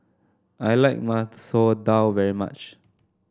I like Masoor Dal very much